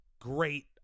great